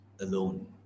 alone